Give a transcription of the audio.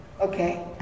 Okay